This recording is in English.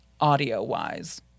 audio-wise